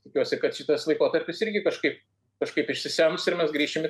tikiuosi kad šitas laikotarpis irgi kažkaip kažkaip išsisems ir mes grįšim į